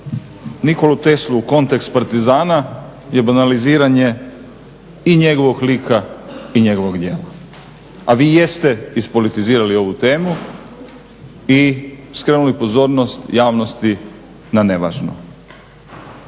Nikolu Teslu u kontekst partizana je banaliziranje i njegovog lika i njegovog djela. A vi jeste ispolitizirali ovu temu i skrenuli pozornost javnosti na nevažno.